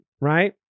right